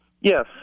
yes